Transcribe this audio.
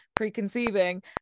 preconceiving